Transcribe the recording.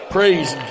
Praise